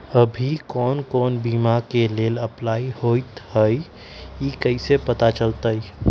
अभी कौन कौन बीमा के लेल अपलाइ होईत हई ई कईसे पता चलतई?